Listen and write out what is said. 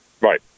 Right